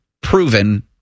proven